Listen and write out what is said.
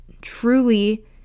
truly